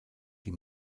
die